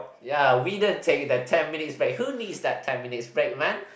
ya we didn't take that ten minutes break who needs that ten minutes break man